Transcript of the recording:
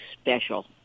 special